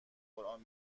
قران